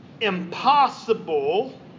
impossible